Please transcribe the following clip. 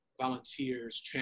volunteers